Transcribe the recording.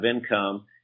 income